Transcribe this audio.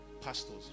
pastors